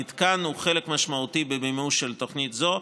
המתקן הוא חלק משמעותי במימוש של תוכנית זו,